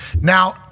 Now